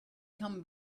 come